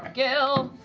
gil!